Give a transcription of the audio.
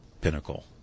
pinnacle